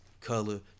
color